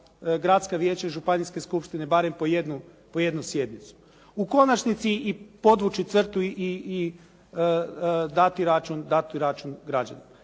gradska vijeća i županijske skupštine barem po jednu sjednicu. U konačnici i podvući crtu i dati račun građanima.